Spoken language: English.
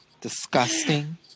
Disgusting